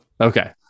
okay